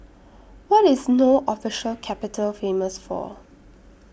What IS No Official Capital Famous For